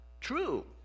true